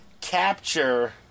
capture